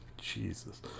Jesus